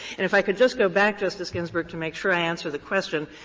and if i could just go back, justice ginsburg, to make sure answer the question.